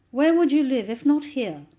where would you live, if not here?